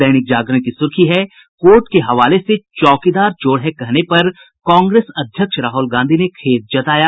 दैनिक जागरण की सुर्खी है कोर्ट के हवाले से चौकीदार चोर है कहने पर कांग्रेस अध्यक्ष राहुल गांधी ने खेद जताया